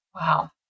Wow